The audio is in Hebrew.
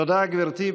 תודה, גברתי.